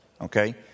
Okay